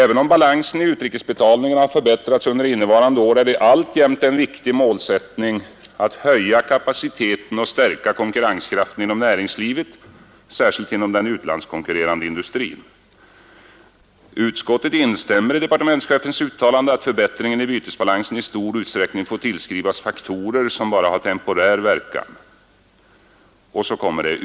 Även om balansen i utrikesbetalningarna har förbättrats under innevarande år, är det alltjämt en viktig målsättning att höja kapaciteten och stärka konkurrenskraften inom näringslivet, särskilt inom den utlandskonkurrerande industrin. Utskottet instämmer i departementchefens uttalande att förbättringen i bytesbalansen i stor utsträckning får tillskrivas faktorer, som bara har temporär verkan.” — Och så kommer det.